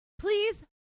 Please